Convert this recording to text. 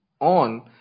on